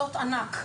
כיתות ענק.